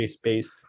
space